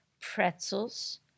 pretzels